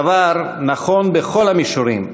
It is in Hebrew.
הדבר נכון בכל המישורים,